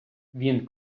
він